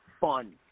fun